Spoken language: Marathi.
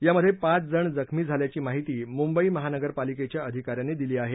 यामध्ये पाच जण जखमी झाल्याची माहिती मुंबई महानगर पालिकेच्या अधिका यांनी दिली आहे